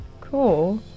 cool